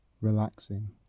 relaxing